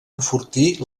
enfortir